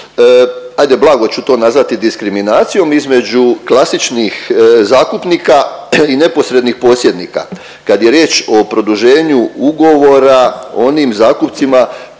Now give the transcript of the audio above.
ajde blago ću to nazvati diskriminacijom između klasičnih zakupnika i neposrednih posjednika kad je riječ o produženju ugovora onim zakupcima